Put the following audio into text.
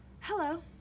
hello